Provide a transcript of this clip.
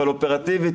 אבל אופרטיבית,